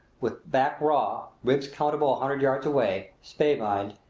with back raw, ribs countable a hundred yards away, spavined,